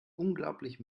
unglaublich